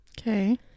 okay